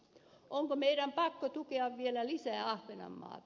onko meidän pakko tukea vielä lisää ahvenanmaata